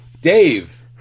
Dave